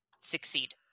succeed